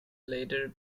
later